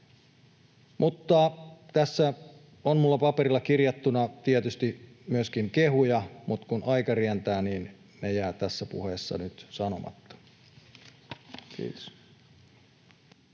Tässä on minulla paperilla kirjattuna tietysti myöskin kehuja, mutta kun aika rientää, ne jäävät tässä puheessa nyt sanomatta. [Mauri